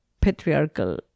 patriarchal